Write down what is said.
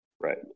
Right